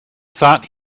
thought